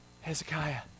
Hezekiah